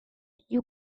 you